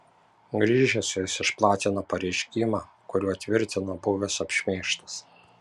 grįžęs jis išplatino pareiškimą kuriuo tvirtino buvęs apšmeižtas